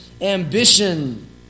ambition